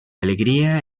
alegría